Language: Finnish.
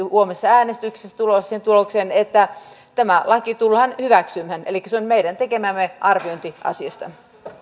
huomisessa äänestyksessä tulossa siihen tulokseen että tämä laki tullaan hyväksymään elikkä se on meidän tekemämme arviointi asiasta